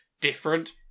different